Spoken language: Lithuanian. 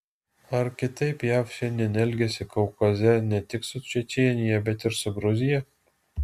ar kitaip jav šiandien elgiasi kaukaze ne tik su čečėnija bet ir su gruzija